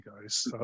guys